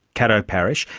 caddo parish.